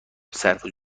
صرفه